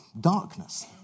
darkness